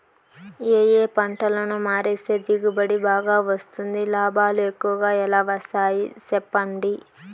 ఏ ఏ పంటలని మారిస్తే దిగుబడి బాగా వస్తుంది, లాభాలు ఎక్కువగా ఎలా వస్తాయి సెప్పండి